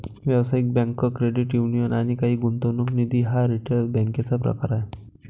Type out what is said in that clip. व्यावसायिक bank, credit union आणि काही गुंतवणूक निधी हा रिटेल बँकेचा प्रकार आहे